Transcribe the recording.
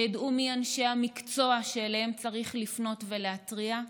שידעו מיהם אנשי המקצוע שאליהם צריך לפנות ולהתריע,